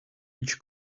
each